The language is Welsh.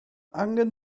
angen